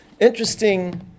Interesting